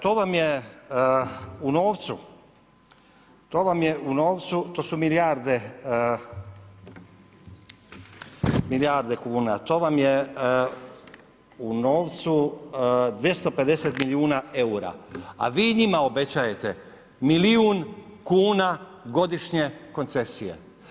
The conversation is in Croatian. To vam je u novcu, to vam je u novcu, to su milijarde kuna, to vam je u novcu 250 milijuna eura, a vi njima obećajete milijun kuna godišnje koncesije.